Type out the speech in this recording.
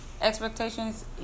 expectations